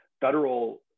federal